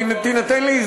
תן לנו דוגמאות.